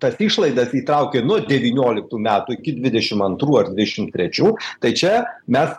tas išlaidas įtraukė nuo devynioliktų metų iki dvidešim antrų ar dvidešim trečių tai čia mes